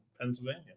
Pennsylvania